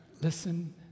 listen